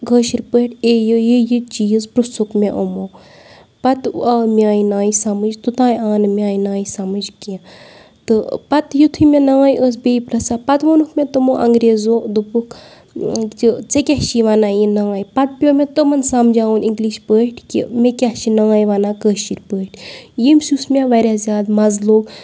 کٲشِر پٲٹھۍ اے یہِ یہِ چیٖز پِرٛژھُکھ مےٚ یِمو پَتہٕ آو میٛانہِ نانہِ سَمٕجھ توٚتام آو نہٕ میانہِ نانہِ سَمٕجھ کینٛہہ تہٕ پَتہٕ یُتھُے مےٚ نانۍ ٲس بیٚیہِ پرٛژھان پَتہٕ ووٚنُکھ مےٚ تِمو انٛگریزو دوٚپُکھ یہِ ژےٚ کیٛاہ چھِ یہِ وَنان یہِ نانۍ پَتہٕ پیوٚو مےٚ تٕمَن سَمجاوُن اِنٛگلِش پٲٹھۍ کہِ مےٚ کیٛاہ چھِ نانۍ وَنان کٲشِر پٲٹھۍ ییٚمِس یُس مےٚ واریاہ زیادٕ مَزٕ لوٚگ